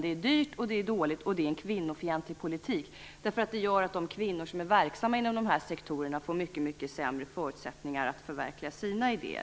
Det är dyrt och dåligt, och det är en kvinnofientlig politik. Det gör ju att de kvinnor som är verksamma inom de här sektorerna får mycket sämre förutsättningar att förverkliga sina idéer.